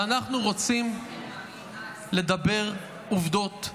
ואנחנו רוצים לדבר עובדות.